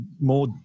More